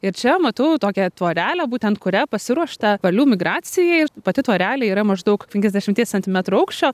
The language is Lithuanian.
ir čia matau tokią tvorelę būtent kuria pasiruošta varlių migracijai pati tvorelė yra maždaug penkiasdešimties centimetrų aukščio